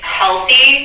healthy